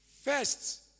first